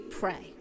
pray